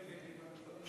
כן,